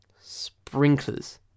Sprinklers